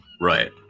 Right